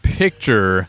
picture